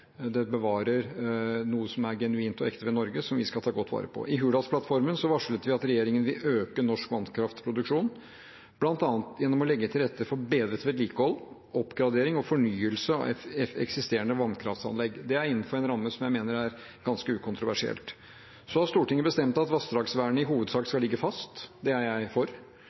Det bevarer noe som er genuint og ekte ved Norge, og som vi skal ta godt vare på. I Hurdalsplattformen varslet vi at regjeringen vil øke norsk vannkraftproduksjon, bl.a. gjennom å legge til rette for bedret vedlikehold, oppgradering og fornyelse av eksisterende vannkraftanlegg. Det er innenfor en ramme jeg mener er ganske ukontroversiell. Så har Stortinget bestemt at vassdragsvernet i hovedsak skal ligge fast, det er jeg for,